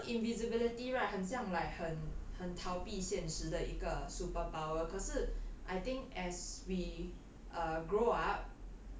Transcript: although invisibility right 很像 like 很很逃避现实的一个 superpower 可是 I think as we err grow up